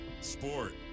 sport